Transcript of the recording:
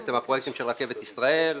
בעצם הפרויקטים של רכבת ישראל,